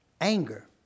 Anger